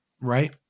right